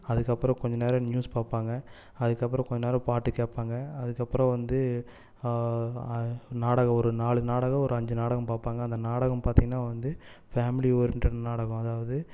அதற்கப்பறம் கொஞ்ச நேரம் நியூஸ் பாப்பாங்க அதற்கப்பறம் கொஞ்ச நேரம் பாட்டு கேட்பாங்க அதற்கப்பறம் வந்து நாடகம் ஒரு நாலு நாடகம் ஒரு அஞ்சு நாடகம் பார்ப்பாங்க அந்த நாடகம் பார்த்தீங்கன்னா வந்து ஃபேமிலி ஓரியண்டட் நாடகம் அதாவது